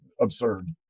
absurd